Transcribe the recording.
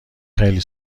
خیلی